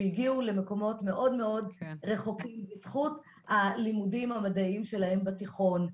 שהגיעו למקומות מאוד מאוד רחוקים בזכות הלימודים המדעיים שלהן בתיכון,